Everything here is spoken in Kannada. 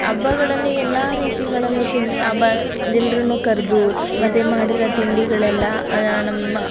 ಹಬ್ಬಗಳಲ್ಲಿ ಎಲ್ಲ ರೀತಿಗಳಲ್ಲೂ ತಿಂಡಿ ಹಬ್ಬ ಎಲ್ಲರನ್ನು ಕರೆದು ಮತ್ತು ಮಾಡಿರೋ ತಿಂಡಿಗಳೆಲ್ಲಾ ನಮ್ಮ